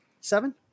Seven